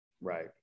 Right